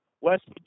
West